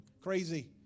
crazy